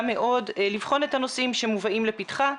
מאוד לבחון את הנושאים שמובאים לפתחה.